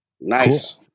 Nice